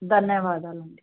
ధన్యవాదాలండి